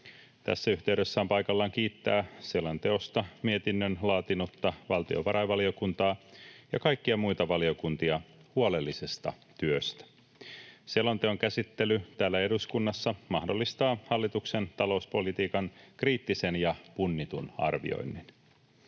Tässä yhteydessä on paikallaan kiittää selonteosta mietinnön laatinutta valtiovarainvaliokuntaa ja kaikkia muita valiokuntia huolellisesta työstä. Selonteon käsittely täällä eduskunnassa mahdollistaa hallituksen talouspolitiikan kriittisen ja punnitun arvioinnin.